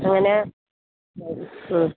അങ്ങനെ മ്മ്